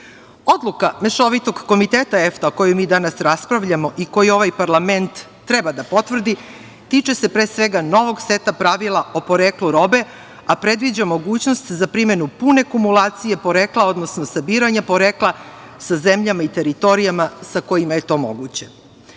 države. Odluka Mešovitog komiteta EFTA, o kojoj mi danas raspravljamo, i koju ovaj parlament treba da po potvrdi tiče se pre svega novog seta pravila o poreklu robe, a predviđa mogućnost za primenu pune kumulacije porekla, odnosno sabiranja porekla sa zemljama i teritorijama sa kojima je to